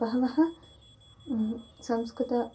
बहवः संस्कृतं